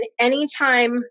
anytime